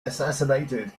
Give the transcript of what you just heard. assassinated